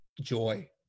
joy